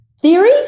theory